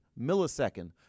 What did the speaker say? millisecond